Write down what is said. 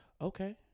okay